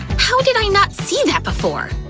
how did i not see that before?